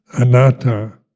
anatta